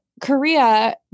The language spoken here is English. korea